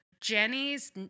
Jenny's